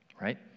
right